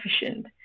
efficient